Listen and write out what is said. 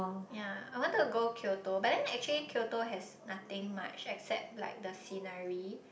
ya I wanted to go Kyoto but then actually Kyoto has nothing much except like the scenery